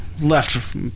left